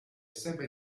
sempre